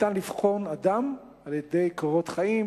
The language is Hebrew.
ניתן לבחון אדם על-ידי קורות חיים,